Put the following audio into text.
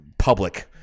Public